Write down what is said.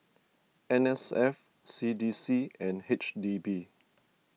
N S F C D C and H D B